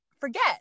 forget